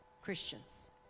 Christians